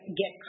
get